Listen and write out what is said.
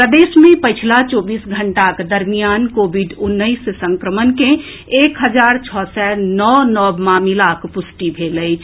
प्रदेश मे पछिला चौबीस घंटाक दरमियान कोविड उन्नैस संक्रमण के एक हजार छओ सय नओ नव मामिलाक पुष्टि भेल अछि